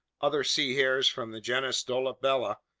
other sea hares from the genus dolabella,